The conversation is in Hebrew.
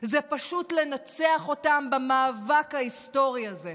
זה פשוט לנצח אותם במאבק ההיסטורי הזה.